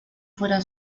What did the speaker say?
fuera